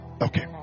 Okay